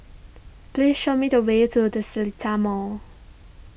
please show me the way to the Seletar Mall